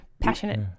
passionate